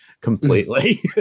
completely